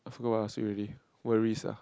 I forgot what I want ask you already worries ah